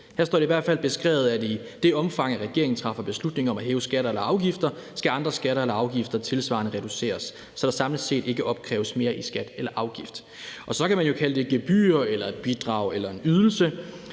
Her står det i hvert fald beskrevet, at i det omfang regeringen træffer beslutning om at hæve skatter eller afgifter, skal andre skatter eller afgifter tilsvarende reduceres, så der samlet set ikke opkræves mere i skat eller afgift. Så kan man jo kalde det et gebyr, et bidrag eller en ydelse,